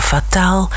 Fataal